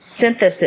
Synthesis